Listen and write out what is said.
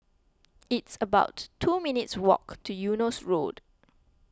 it's about two minutes' walk to Eunos Road